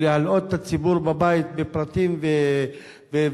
ולהלאות את הציבור בבית בפרטים ודברים,